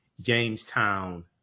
Jamestown